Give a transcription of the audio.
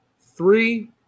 three